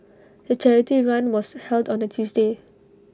the charity run was held on A Tuesday